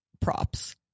props